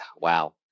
Wow